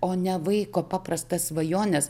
o ne vaiko paprastas svajones